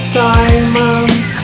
diamond